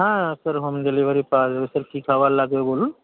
হ্যাঁ sir home delivery পাওয়া যাবে স্যার কি খাবার লাগবে বলুন